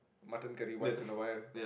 mutton curry once in a while